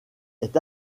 est